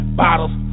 bottles